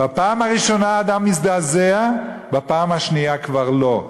בפעם הראשונה האדם מזדעזע, בפעם השנייה כבר לא.